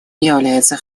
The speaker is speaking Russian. является